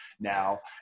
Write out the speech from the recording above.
now